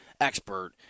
expert